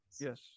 Yes